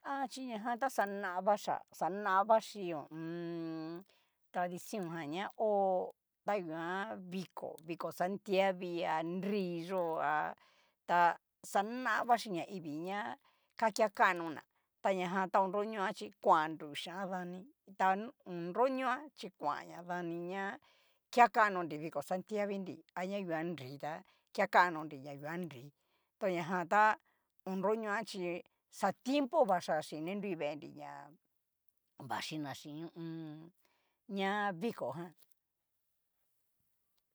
Han chi najan ta xana vaxhia xana vachi ho o on. tradicion jan ña tanguan viko, viko santievi a nru yo'o, ta xana vechí naivii ná akea kanona, ta na jan ta ho nruñoa chí, kuan nru xhian nadi ta ho nroñoa chí, kuaña dani ñá kea kanonri viko santievii nri, aña nguan nri ta kea kanonri ña nguan nrí, to ña jan ta ho nruñua chí, xa tiempo vaxhia xin ni nru venri ña, vaxhina chín hu u un. ña viko jan.